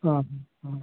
हां हां हां